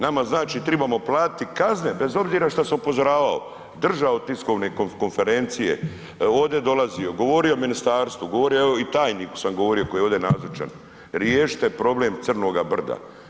Nama znači trebamo platiti kazne bez obzira što sam upozoravao, držao tiskovne konferencije, ovdje dolazio, govorio ministarstvu, govorio evo i tajniku sam govorio koji je ovdje nazočan, riješite problem crnoga brda.